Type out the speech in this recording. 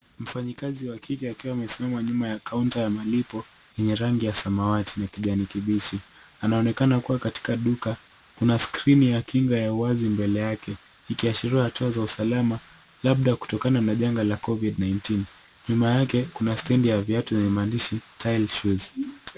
Mfanyikazi wa kike akiwa amesimama nyuma ya kaunta ya malipo yenye rangi ya samawati na kijani kibichi, anaonekana kuwa katika duka. Kuna skrini ya kinga ya wazi mbele yake, ikiashiria hatua za usalama labda kutokana na janga la COVID-19. Nyuma yake, kuna stendi ya viatu yenye maandishi tyle shoes .